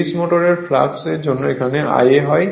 series motor ফ্লাক্সের জন্য এখানে Ia হয়